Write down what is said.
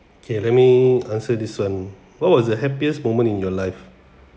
okay let me answer this one what was the happiest moment in your life